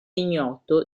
ignoto